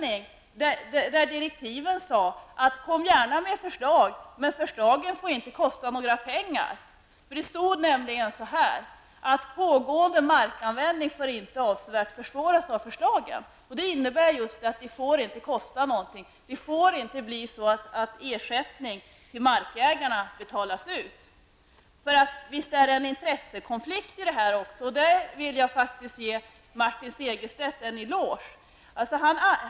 Enligt direktiven skulle utredningen gärna lägga fram förslag, men förslagen skulle inte få kosta några pengar. I direktiven stod att pågående markanvändning inte fick avsevärt försvåras av förslagen. Det innebär just att förslagen inte skulle få kosta någonting; ersättning till markägarna skulle inte få betalas ut. Visst finns det här en intressekonflikt, och jag vill på den punkten faktiskt ge Martin Segerstedt en eloge.